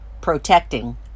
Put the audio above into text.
Protecting